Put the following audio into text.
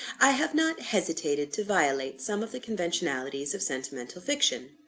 i have not hesitated to violate some of the conventionalities of sentimental fiction.